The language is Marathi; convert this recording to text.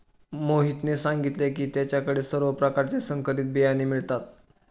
मोहितने सांगितले की त्याच्या कडे सर्व प्रकारचे संकरित बियाणे मिळतात